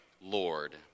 Lord